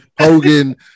Hogan